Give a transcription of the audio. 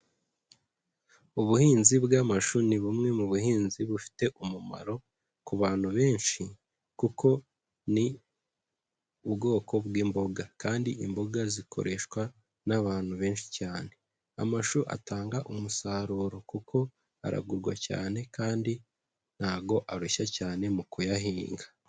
Ubuhinzi bw'amashu ni bumwe mu buhinzi bufite umumaro ku bantu benshi kuko ni ubwoko bw'imboga kandi imboga zikoreshwa n'abantu benshi cyane. Amashu atanga umusaruro kuko aragurwa cyane kandi ntago arushya cyane mu kuyahinga.